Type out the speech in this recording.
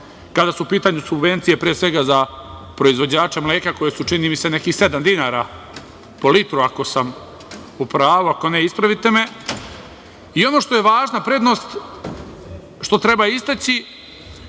kada su u pitanju subvencije pre svega za proizvođače mleka, koje su čini mi se nekih sedam dinara po litru ako sam u pravu, ako ne ispravite me, i ono što je važna prednost, što treba istaći